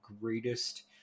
greatest